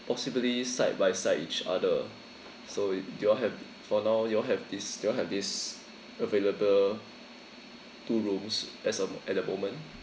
possibly side by side each other so y~ do you all have for now do you all have this do you all have this available two rooms as of at the moment